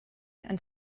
and